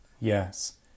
yes